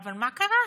אבל מה קרה?